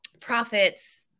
profits